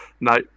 No